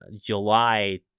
july